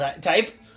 type